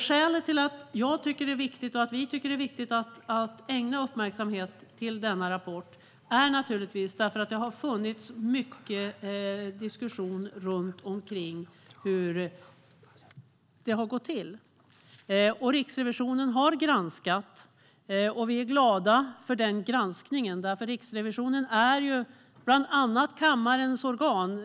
Skälet till att jag och vi i utskottet tycker att det är viktigt att ägna uppmärksamhet åt denna rapport är att det har funnits många diskussioner om hur det har gått till. Riksrevisionen har granskat, och vi är glada för den granskningen. Riksrevisionen är bland annat kammarens organ.